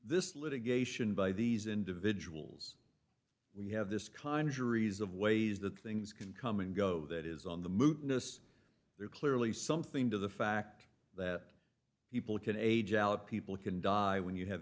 this litigation by these individuals we have this kind of ways that things can come and go that is on the move notice there clearly something to the fact that people can age out people can die when you have